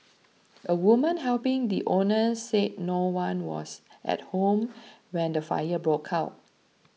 a woman helping the owners said no one was at home when the fire broke out